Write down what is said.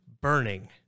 burning